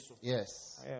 yes